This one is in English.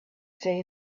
say